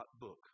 book